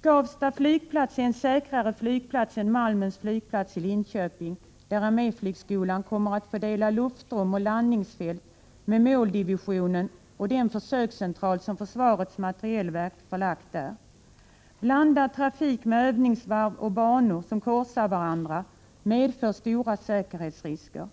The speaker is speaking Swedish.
Skavsta är en säkrare flygplats än Malmens flygplats i Linköping, där arméflygskolan kommer att få dela luftrum och landningsfält med målflygdivisionen och den försökscentral som försvarets materielverk förlagt dit. Blandad trafik med övningsvarv och banor som korsar varandra medför stora säkerhetsrisker.